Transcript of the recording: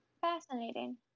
fascinating